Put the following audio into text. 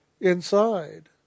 inside